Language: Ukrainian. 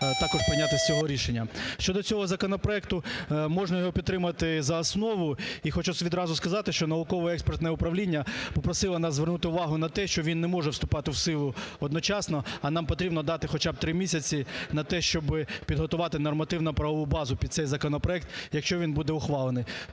також прийняти з цього рішення. Щодо цього законопроекту, можна його підтримати за основу, і хочу відразу сказати, що Науково-експертне управління попросило нас звернути увагу на те, що він не може вступати в силу одночасно, а нам потрібно дати хоча б три місяці на те, щоб підготувати нормативно-правову базу під цей законопроект якщо він буде ухвалений.